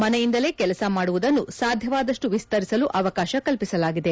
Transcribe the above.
ಮನೆಯಿಂದಲೇ ಕೆಲಸ ಮಾಡುವುದನ್ನು ಸಾಧ್ಯವಾದಷ್ಟು ವಿಸ್ತರಿಸಲು ಅವಕಾಶ ಕಲ್ಪಿಸಲಾಗಿದೆ